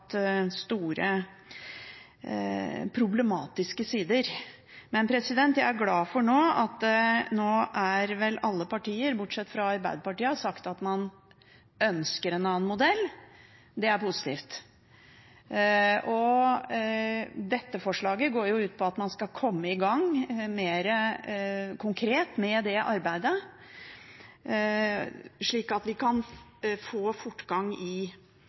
hatt store problematiske sider. Jeg er glad for at nå har vel alle partier, bortsett fra Arbeiderpartiet, sagt at man ønsker en annen modell, og det er positivt. Dette forslaget går ut på at man skal komme i gang mer konkret med dette arbeidet, slik at vi kan få fortgang i